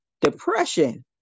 Depression